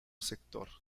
sector